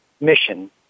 mission